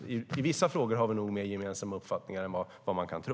I vissa frågor har vi nog alltså en mer gemensam uppfattning än man kan tro.